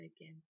again